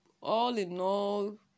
all-in-all